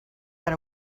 got